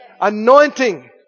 Anointing